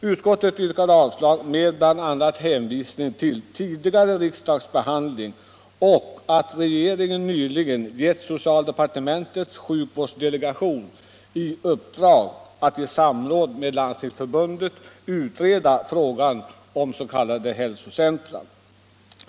Utskottet yrkar avslag med hänvisning bl.a. till tidigare riksdagsbehandling och till att regeringen nyligen gett socialdepartementets sjukvårdsdelegation i uppdrag att i samråd med Landstingsförbundet utreda frågan om s.k. hälsocentra.